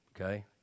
Okay